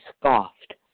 scoffed